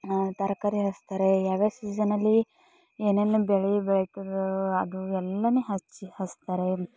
ತರಕಾರಿ ಹಚ್ತಾರೆ ಯಾವ್ಯಾವ ಸೀಝನ್ನಲ್ಲಿ ಏನೇನನ್ನ ಬೆಳಿಬೇಕು ಅದು ಎಲ್ಲನೂ ಹಚ್ಚಿ ಹಚ್ತಾರೆ